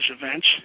events